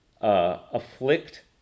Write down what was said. afflict